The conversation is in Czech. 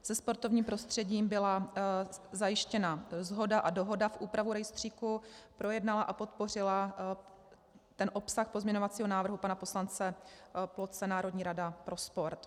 Se sportovním prostředím byla zajištěna shoda a dohoda v úpravu rejstříku, projednala a podpořila ten obsah pozměňovacího návrhu pana poslance Ploce Národní rada pro sport.